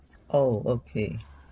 oh okay